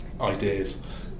ideas